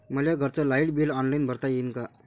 मले घरचं light bill online भरता येईन का?